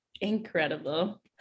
Incredible